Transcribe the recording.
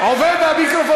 איציק,